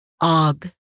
Og